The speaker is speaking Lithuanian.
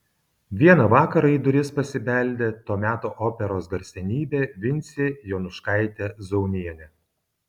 vieną vakarą į duris pasibeldė to meto operos garsenybė vincė jonuškaitė zaunienė